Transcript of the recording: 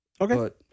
Okay